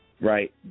right